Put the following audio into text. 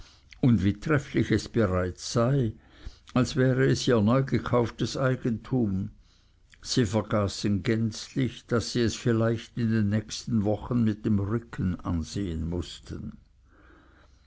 und wie trefflich es bereits sei als wäre es ihr neugekauftes eigentum sie vergaßen gänzlich daß sie es vielleicht in den nächsten wochen mit dem rücken ansehen mußten